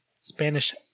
Spanish